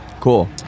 Cool